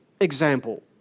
example